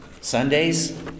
Sundays